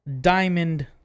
Diamond